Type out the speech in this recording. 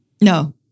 No